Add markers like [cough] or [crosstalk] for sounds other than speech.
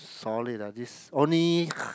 solid ah this only [noise]